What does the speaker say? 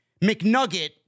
McNugget